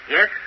Yes